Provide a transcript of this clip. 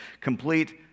complete